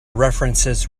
references